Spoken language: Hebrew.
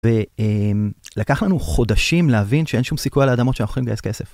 ולקח לנו חודשים להבין שאין שום סיכוי על האדמות שאנחנו יכולים לגייס כסף.